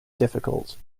difficult